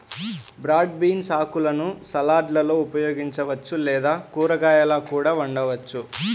broad beans ఆకులను సలాడ్లలో ఉపయోగించవచ్చు లేదా కూరగాయలా కూడా వండవచ్చు